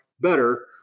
better